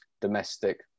domestic